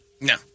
No